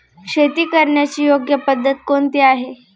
शेती करण्याची योग्य पद्धत कोणती आहे?